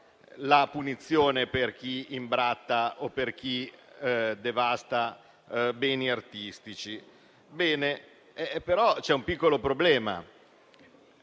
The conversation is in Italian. la punizione per chi imbratta o per devasta beni artistici. Bene, però c'è un piccolo problema;